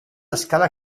escala